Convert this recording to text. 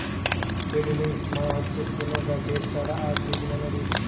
seedlings মানে হচ্ছে কুনো গাছের চারা আর সিড মানে বীজ